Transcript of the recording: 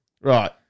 right